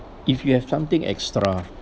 if you have something extra